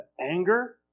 anger